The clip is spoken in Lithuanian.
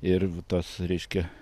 ir tos reiškia